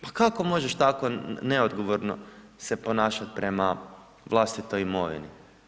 Pa kako možeš tako neodgovorno se ponašati prema vlastitoj imovini?